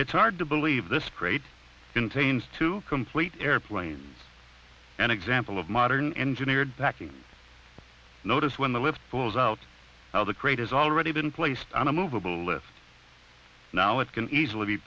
it's hard to believe this great contains two complete airplanes an example of modern engineered packing notice when the lift pulls out of the crate has already been placed on a movable lift now it can easily be